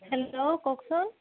hello কওকচোন